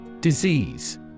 Disease